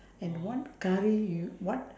and what curry you what